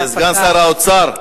סגן שר האוצר,